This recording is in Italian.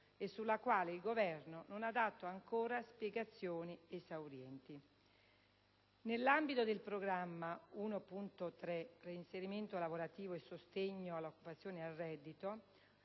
e sulla quale il Governo non ha dato ancora spiegazioni esaurienti. Nell'ambito del programma 1.3 «Reinserimento lavorativo e sostegno all'occupazione ed al reddito»